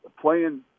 playing